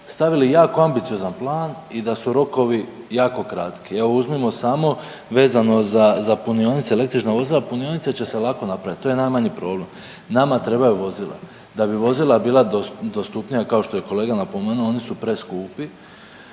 stavili jako ambiciozan plan i da su rokovi jako kratki. Evo uzmimo samo vezano za punionice električnih vozila, punionice će se lako napraviti to je najmanji problem. Nama trebaju vozila. Da bi vozila bila dostupnija kao što je kolega napomenuo oni su preskupi.